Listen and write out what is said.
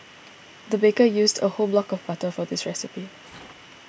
the baker used a whole block of butter for this recipe